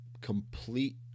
complete